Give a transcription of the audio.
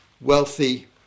wealthy